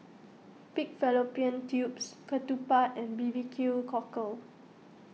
Pig Fallopian Tubes Ketupat and B B Q Cockle